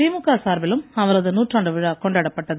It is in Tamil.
திமுக சார்பிலும் அவரது நூற்றாண்டு விழா கொண்டாடப்பட்டது